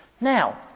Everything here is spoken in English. Now